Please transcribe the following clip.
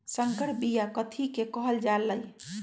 संकर बिया कथि के कहल जा लई?